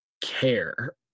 care